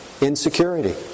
insecurity